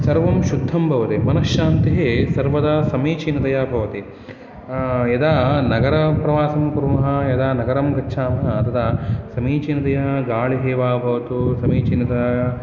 सर्वं शुद्धं भवति मनश्शान्तिः सर्वदा समीचीनतया भवति यदा नगरप्रवासं कुर्मः यदा नगरं गच्छामः तदा समीचीनतया गाळिः वा भवतु समीचीनतया